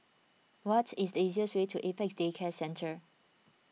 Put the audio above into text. what is the easiest way to Apex Day Care Centre